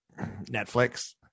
Netflix